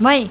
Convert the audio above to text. mine